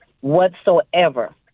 whatsoever